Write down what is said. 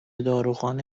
داروخانه